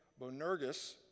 Bonergus